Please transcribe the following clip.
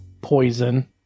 poison